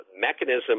mechanism